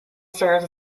serves